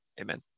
amen